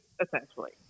essentially